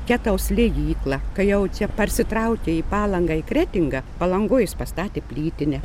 ketaus liejyklą kai jau čia parsitraukė į palangą į kretingą palangoj jis pastatė plytinę